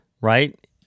right